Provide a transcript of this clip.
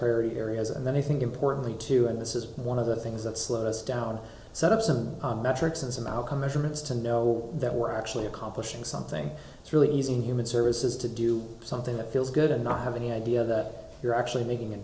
purdie areas and then i think importantly too and this is one of the things that slowed us down set up some metrics and some outcome measurements to know that we're actually accomplishing something it's really easy in human services to do something that feels good and not have any idea that you're actually making a